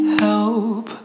help